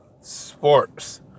sports